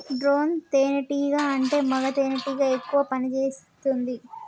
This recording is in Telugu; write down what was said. డ్రోన్ తేనే టీగా అంటే మగ తెనెటీగ ఎక్కువ పని చేస్తుంది